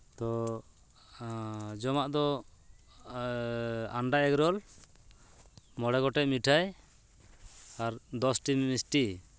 ᱛᱚ ᱡᱚᱢᱟᱜ ᱫᱚ ᱟᱱᱰᱟ ᱮᱜᱽᱨᱳᱞ ᱢᱚᱬᱮ ᱜᱚᱴᱮᱱ ᱢᱤᱴᱷᱟᱭ ᱟᱨ ᱫᱚᱥᱴᱤ ᱢᱤᱥᱴᱤ